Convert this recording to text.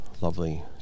lovely